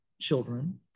children